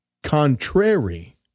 contrary